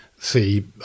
See